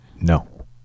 No